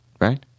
right